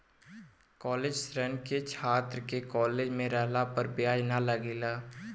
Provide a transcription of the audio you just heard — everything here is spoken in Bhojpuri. कॉलेज ऋण में छात्र के कॉलेज में रहला पर ब्याज ना लागेला